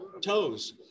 toes